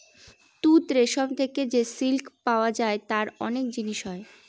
তুত রেশম থেকে যে সিল্ক পাওয়া যায় তার অনেক জিনিস হয়